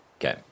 Okay